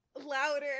louder